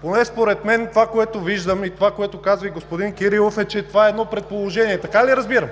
Поне според мен от това, което виждам и това, което казва господин Кирилов, е, че това е едно предположение. Така ли да разбирам?